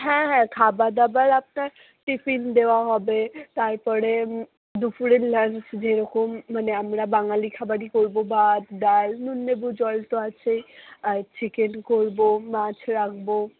হ্যাঁ হ্যাঁ খাবার দাবার আপনার টিফিন দেওয়া হবে তারপরে দুপুরের লাঞ্চ যেরকম মানে আমরা বাঙালি খাবারই করব ভাত ডাল নুন লেবু জল তো আছেই আর চিকেন করব মাছ রাখব